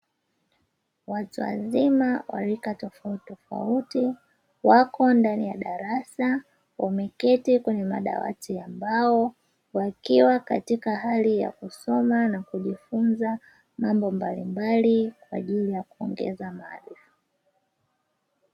Watu wazima wa rika tofautitofauti, wako ndani ya darasa, wameketi kwenye madawati ya mbao, wakiwa katika hali ya kusoma na kujifunza mambo mbalimbali, kwa ajili ya kuongeza maarifa.